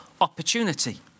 opportunity